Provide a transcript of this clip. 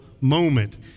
moment